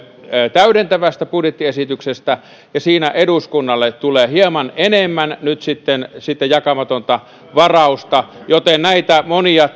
täydentävästä budjettiesityksestä ja siinä eduskunnalle tulee hieman enemmän nyt sitten sitten jakamatonta varausta joten näitä monia